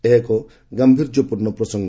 ଏହା ଏକ ଗାୟୀର୍ଯ୍ୟପୂର୍ଣ୍ଣ ପ୍ରସଙ୍ଗ